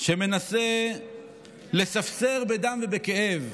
שמנסה לספסר בדם ובכאב,